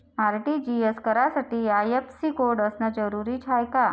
RTGS करासाठी IFSC code असनं जरुरीच हाय का?